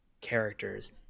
characters